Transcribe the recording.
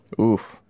Oof